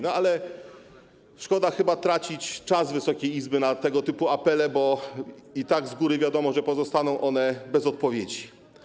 No ale szkoda chyba tracić czas Wysokiej Izby na tego typu apele, bo i tak z góry wiadomo, że pozostaną one bez odpowiedzi.